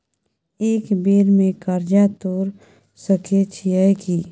एक बेर में कर्जा तोर सके छियै की?